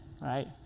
right